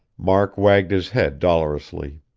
mark wagged his head dolorously.